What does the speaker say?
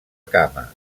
cama